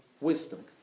wisdom